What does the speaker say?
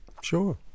Sure